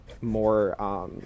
more